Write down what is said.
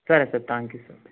సరే sir thank you sir